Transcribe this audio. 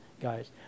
guys